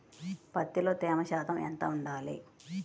పత్తిలో తేమ శాతం ఎంత ఉండాలి?